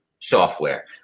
software